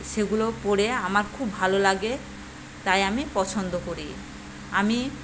সেগুলো পড়ে আমার খুব ভালো লাগে তাই আমি পছন্দ করি আমি